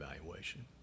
evaluation